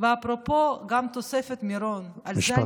אפרופו גם תוספת מירון, משפט אחרון.